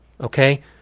okay